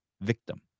Victim